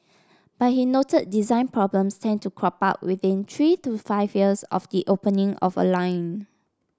but he noted design problems tend to crop up within three to five years of the opening of a line